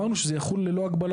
אמרנו שזה יחול ללא הגבלה.